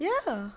ya